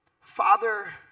Father